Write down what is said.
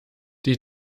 die